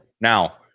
Now